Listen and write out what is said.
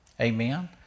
Amen